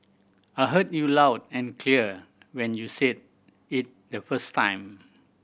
I heard you loud and clear when you said it the first time